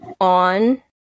on